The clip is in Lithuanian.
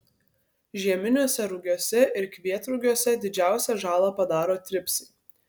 žieminiuose rugiuose ir kvietrugiuose didžiausią žalą padaro tripsai